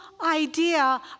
idea